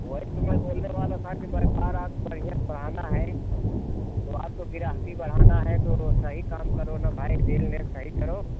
वही तो मैं बोलने वाला था कि व्यापार आप बढ़िया बढ़ाना है तो आपको गिराकी बढ़ाना है तो सही काम करो ना भाई देन लेन सही करो